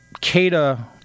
Cada